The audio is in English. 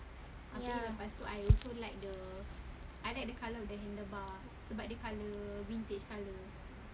ya